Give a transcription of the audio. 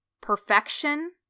perfection